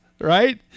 right